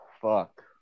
fuck